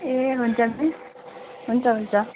ए हुन्छ मिस हुन्छ हुन्छ